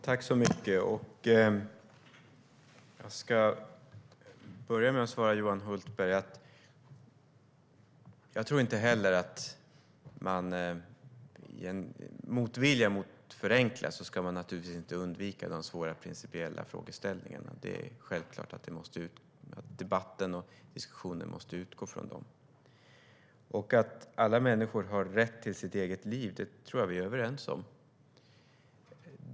Herr talman! Jag ska börja med att svara Johan Hultberg. Jag tror naturligtvis inte heller att man i en motvilja att förenkla ska undvika de svåra principiella frågeställningarna. Det är självklart att debatten och diskussionen måste utgå från dem. Och att alla människor har rätt till sitt eget liv tror jag att vi är överens om.